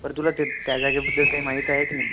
तर तुला तिथं त्या जागेबद्दल काय माहीत आहे की नाही